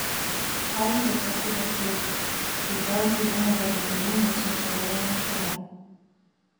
ką ji dabar turės veikti kai džordžui jau nebereikalingas jos buvimas šalia